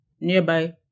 nearby